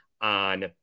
on